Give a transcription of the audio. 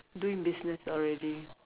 doing business already